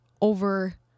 over